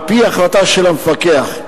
על-פי החלטה של המפקח.